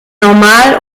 normal